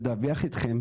לדווח לכם,